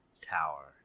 Tower